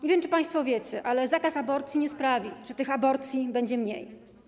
Nie wiem, czy państwo wiecie, ale zakaz aborcji nie sprawi, że tych aborcji będzie mniej.